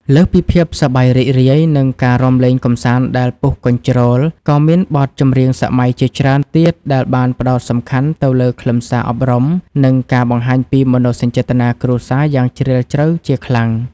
លើសពីភាពសប្បាយរីករាយ និងការរាំលេងកម្សាន្តដែលពុះកញ្ជ្រោល ក៏មានបទចម្រៀងសម័យជាច្រើនទៀតដែលបានផ្ដោតសំខាន់ទៅលើខ្លឹមសារអប់រំ និងការបង្ហាញពីមនោសញ្ចេតនាគ្រួសារយ៉ាងជ្រាលជ្រៅជាខ្លាំង។